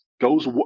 goes